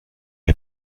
est